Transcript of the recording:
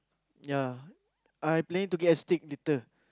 ya I planning to get stick later